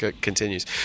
continues